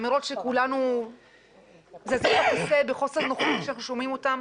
אמירות שכולנו זזים בכיסא בחוסר נוחות כשאנחנו שומעים אותן,